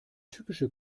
typische